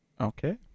okay